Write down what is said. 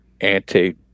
anti